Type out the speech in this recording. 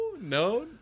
no